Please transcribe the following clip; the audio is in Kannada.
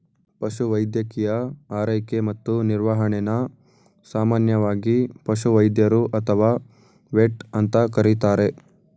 ಪಶುವೈದ್ಯಕೀಯ ಆರೈಕೆ ಮತ್ತು ನಿರ್ವಹಣೆನ ಸಾಮಾನ್ಯವಾಗಿ ಪಶುವೈದ್ಯರು ಅಥವಾ ವೆಟ್ ಅಂತ ಕರೀತಾರೆ